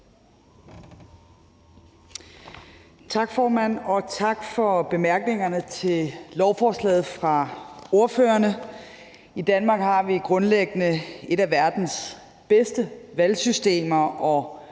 Tak, formand, og tak for bemærkningerne til lovforslaget fra ordførerne. I Danmark har vi grundlæggende et af verdens bedste valgsystemer og